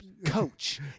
Coach